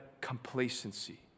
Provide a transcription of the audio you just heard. complacency